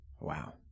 Wow